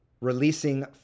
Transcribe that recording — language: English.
releasing